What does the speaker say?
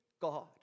God